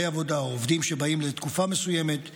עבודה או עובדים שבאים לתקופה מסוימת לעבודה.